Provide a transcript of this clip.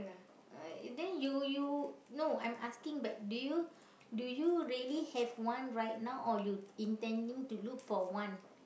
uh then you you no I'm asking but do you do you really have one right now or you intending to look for one